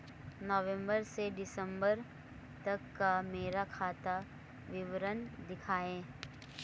नवंबर से दिसंबर तक का मेरा खाता विवरण दिखाएं?